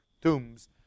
tombs